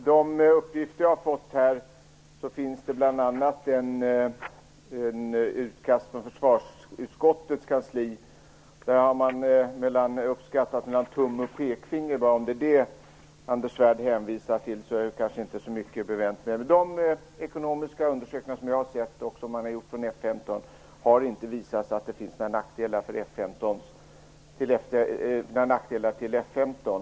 Fru talman! Bland det material jag fått finns ett utkast från försvarsutskottets kansli där man uppskattat mellan tumme och pekfinger. Om det är det Anders Svärd hänvisar till är det kanske inte så mycket bevänt med det. De ekonomiska undersökningar som jag tagit del av och som man har gjort inom F 15 har inte visat att det finns någonting som är till nackdel för F 15.